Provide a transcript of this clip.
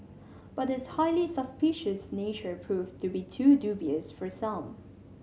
but its highly suspicious nature proved to be too dubious for some